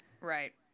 Right